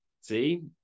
See